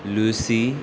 Lucy